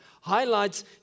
highlights